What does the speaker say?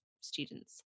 students